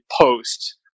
post